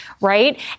Right